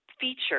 feature